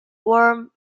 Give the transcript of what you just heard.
warm